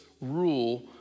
rule